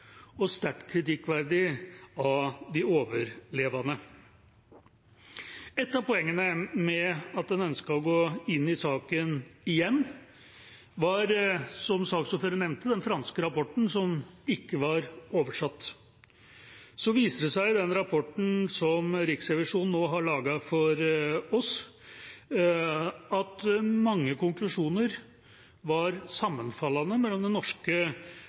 og «sterkt kritikkverdig» når det gjelder de overlevende. Ett av poengene med at en ønsket å gå inn i saken igjen, var – som saksordføreren nevnte – den franske rapporten, som ikke var oversatt. Så viser det seg i den rapporten som Riksrevisjonen nå har laget for oss, at mange konklusjoner var sammenfallende mellom den norske